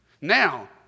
Now